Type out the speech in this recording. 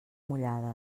mullades